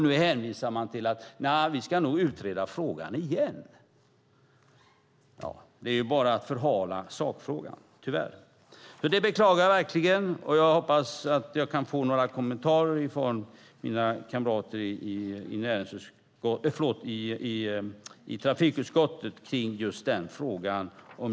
Nu hänvisar man till att man nog ska utreda frågan igen. Det är tyvärr bara att förhala sakfrågan. Det beklagar jag verkligen och jag hoppas att jag kan få några kommentarer från mina kamrater i trafikutskottet kring just den frågan.